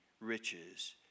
riches